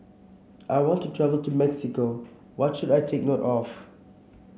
I want to travel to Mexico what should I take note of